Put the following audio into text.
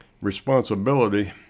responsibility